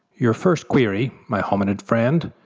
your first query, by hominid friend,